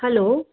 hello